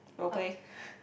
role play oh okay